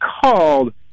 called